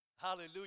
Hallelujah